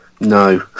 No